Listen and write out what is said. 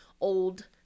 old